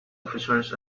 officers